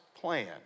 plan